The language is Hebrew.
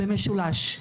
במשולש.